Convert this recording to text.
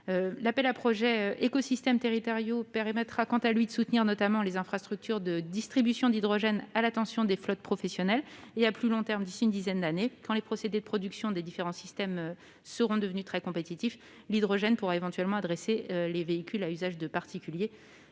L'appel à projets Écosystèmes territoriaux permettra quant à lui de soutenir notamment les infrastructures de distribution d'hydrogène à l'intention des flottes professionnelles. À plus long terme, d'ici à une dizaine d'années, quand les procédés de production des différents systèmes seront devenus très compétitifs, l'hydrogène pourra éventuellement s'adresser aux véhicules destinés à l'usage des particuliers.